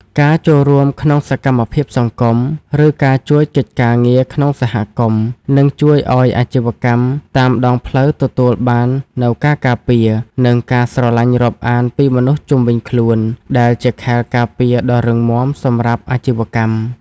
ការចូលរួមក្នុងសកម្មភាពសង្គម ឬការជួយកិច្ចការងារក្នុងសហគមន៍ នឹងជួយឱ្យអាជីវកម្មតាមដងផ្លូវទទួលបាននូវការការពារ និងការស្រឡាញ់រាប់អានពីមនុស្សជុំវិញខ្លួន ដែលជាខែលការពារដ៏រឹងមាំសម្រាប់អាជីវកម្ម។